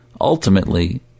ultimately